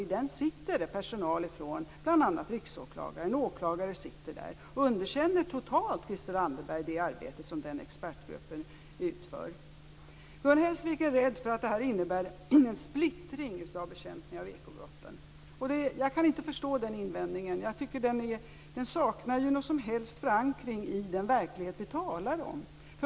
I denna sitter personal från bl.a. Riksåklagaren och andra åklagare. Underkänner Christel Anderberg totalt det arbete som denna expertgrupp utför? Gun Hellsvik är rädd för att detta innebär en splittring av bekämpningen av ekobrotten. Jag kan inte förstå den invändningen. Den saknar varje som helst förankring i den verklighet som vi talar om.